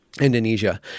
Indonesia